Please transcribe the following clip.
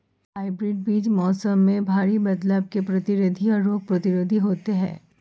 hybrid बीज मौसम में भारी बदलाव के प्रतिरोधी और रोग प्रतिरोधी होते हैं